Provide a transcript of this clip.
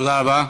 תודה רבה.